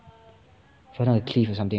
fell down a cliff or something